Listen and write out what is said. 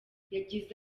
yagize